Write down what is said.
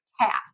task